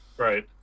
right